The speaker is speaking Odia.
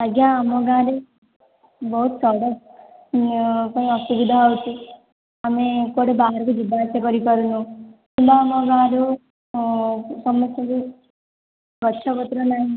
ଆଜ୍ଞା ଆମ ଗାଁ ରେ ବହୁତ ସଡ଼କ ପାଇଁ ଅସୁବିଧା ହେଉଛି ଆମେ କୁଆଡ଼େ ବାହାରକୁ ଯିବା ଆସିବା କରିପାରୁନୁ କିମ୍ବା ଆମ ଗାଁ ରୁ ସମସ୍ତଙ୍କ ଗଛପତ୍ର ନାହିଁ